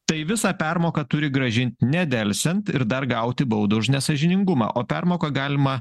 tai visą permoką turi grąžint nedelsiant ir dar gauti baudą už nesąžiningumą o permoką galima